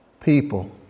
people